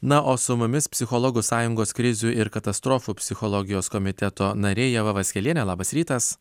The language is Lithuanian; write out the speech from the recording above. na o su mumis psichologų sąjungos krizių ir katastrofų psichologijos komiteto narė ieva vaskelienė labas rytas